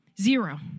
Zero